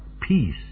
peace